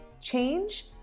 Change